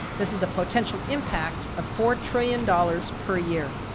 this is a potential impact of four trillion dollars per year.